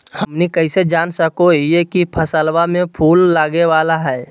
हमनी कइसे जान सको हीयइ की फसलबा में फूल लगे वाला हइ?